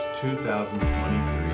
2023